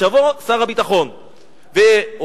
שיבוא שר הביטחון או,